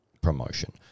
promotion